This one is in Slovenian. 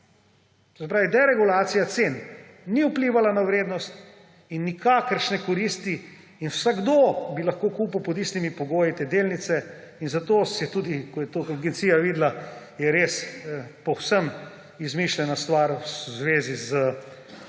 pravi, deregulacija cen ni vplivala na vrednost in nikakršne koristi in vsakdo bi lahko kupil pod istimi pogoji te delnice in zato se je tudi, ko je to Agencija videla, je res po vsem izmišljena stvar v zvezi s tem